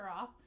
off